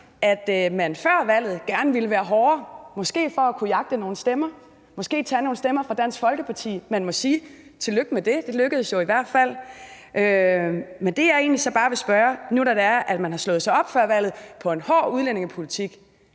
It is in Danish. at man før valget gerne ville være hårde, måske for at kunne jagte nogle stemmer, måske tage nogle stemmer fra Dansk Folkeparti? Man må sige: Tillykke med det, det lykkedes jo i hvert fald. Men det, jeg så egentlig bare vil spørge om, nu, hvor man har slået sig op før valget på en hård udlændingepolitik,